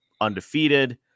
undefeated